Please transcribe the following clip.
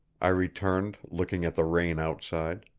i returned, looking at the rain outside.